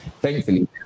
thankfully